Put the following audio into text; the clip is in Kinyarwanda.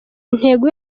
intego